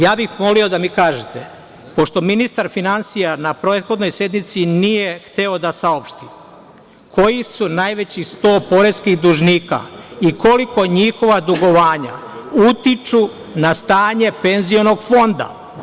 Ja bih molio da mi kažete, pošto ministar finansija na prethodnoj sednici nije hteo da saopšti, kojih sto najvećih poreskih dužnika i kolika su njihova dugovanja, utiču na stanje penzionog fonda?